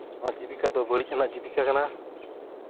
ᱚᱱᱟ ᱡᱤᱵᱤᱠᱟ ᱫᱚ ᱵᱟᱹᱲᱤᱡ ᱟᱱᱟᱜ ᱡᱤᱵᱤᱠᱟ ᱠᱟᱱᱟ